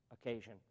occasion